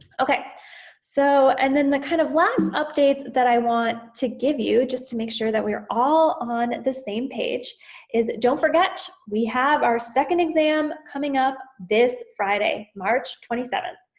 okay so and then the kind of last updates that i want to give you just to make sure that we are all on the same page is don't forget we have our second exam coming up this friday, march twenty seven.